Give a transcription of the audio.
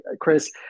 Chris